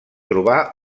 trobar